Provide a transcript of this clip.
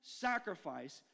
sacrifice